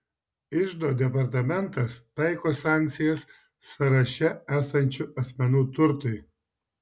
iždo departamentas taiko sankcijas sąraše esančių asmenų turtui